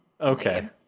Okay